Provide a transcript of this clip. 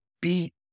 beat